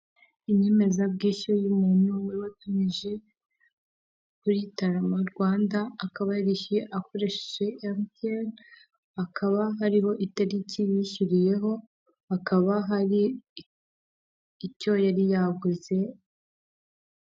Inyemezabwishyu y'umuntu wari watumije kuri Tarama Rwanda akaba yarishyuye akoresheje Emutiyeni, hakaba hariho itariki yishyuriyeho hakaba hari icyo yari yaguze.